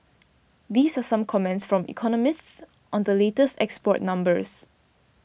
these are some comments from economists on the latest export numbers